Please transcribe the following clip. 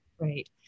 right